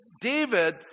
David